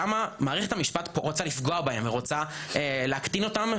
למה מערכת המשפט רוצה להקטין אותם,